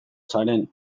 zaren